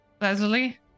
Leslie